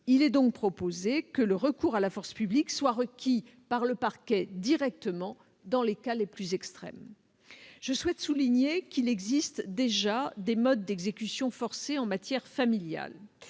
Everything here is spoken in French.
Il est donc proposé que le recours à la force publique soit requis par le parquet directement dans les cas les plus extrêmes. Je souhaite souligner qu'il existe déjà des modes d'exécution forcée en matière familiale.